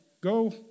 go